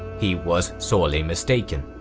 he was sorely mistaken.